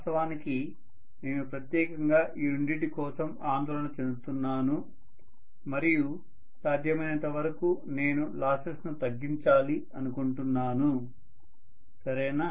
వాస్తవానికి నేను ప్రత్యేకంగా ఈ రెండింటి కోసం ఆందోళన చెందుతున్నాను మరియు సాధ్యమైనంత వరకూ నేను లాసెస్ ను తగ్గించాలి అనుకుంటున్నాను సరేనా